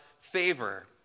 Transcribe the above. favor